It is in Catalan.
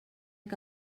que